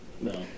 no